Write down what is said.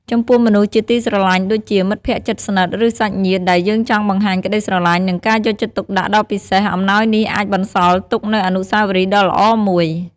ចំពោះមនុស្សជាទីស្រឡាញ់ ដូចជា មិត្តភក្តិជិតស្និទ្ធ ឬសាច់ញាតិ ដែលយើងចង់បង្ហាញក្តីស្រឡាញ់ និងការយកចិត្តទុកដាក់ដ៏ពិសេសអំណោយនេះអាចបន្សល់ទុកនូវអនុស្សាវរីយ៍ដ៏ល្អមួយ។